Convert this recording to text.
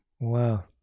Wow